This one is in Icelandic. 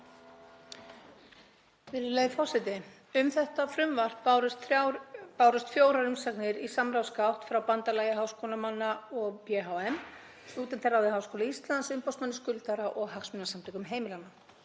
Um þetta frumvarp bárust fjórar umsagnir í samráðsgátt frá Bandalagi háskólamanna, BHM, Stúdentaráði Háskóla Íslands, umboðsmanni skuldara og Hagsmunasamtökum heimilanna.